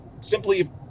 simply